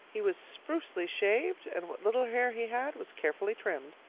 he was sprucely shaved and what little hair he had was carefully trimmed.